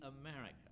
America